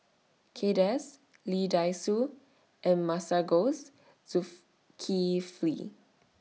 Kay Das Lee Dai Soh and Masagos